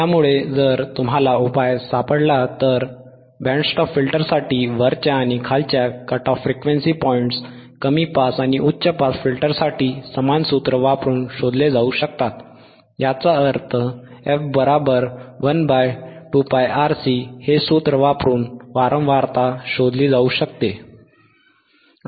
त्यामुळे जर तुम्हाला उपाय सापडला तर बँड स्टॉप फिल्टरसाठी वरच्या आणि खालच्या कट ऑफ फ्रिक्वेंसी पॉइंट्स कमी पास आणि उच्च पास फिल्टरसाठी समान सूत्र वापरून शोधले जाऊ शकतात याचा अर्थ f12πRC हे सूत्र वापरून वारंवारता शोधली जाऊ शकते